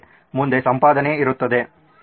ಮುಂದೆ ಸಂಪಾದನೆ ಇರುತ್ತದೆ